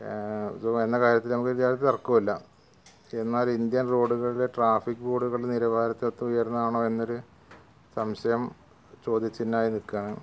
വരുന്ന കാര്യത്തിൽ നമുക്ക് യാതൊരു തര്ക്കവുമില്ല എന്നാല് ഇന്ത്യൻ റോഡുകളിലെ ട്രാഫിക് ബോര്ഡുകളുടെ നിലവാരത്തെ അത്ര ഉയര്ന്നതാണോ എന്നൊരു സംശയം ചോദ്യ ചിഹ്നമായി നിൽക്കുകയാണ്